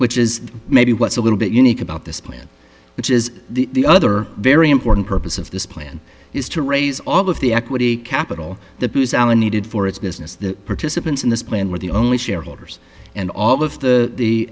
which is maybe what's a little bit unique about this plan which is the other very important purpose of this plan is to raise all of the equity capital the booz allen needed for its business the participants in this plan were the only shareholders and all of the